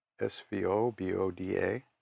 S-V-O-B-O-D-A